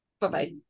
Bye-bye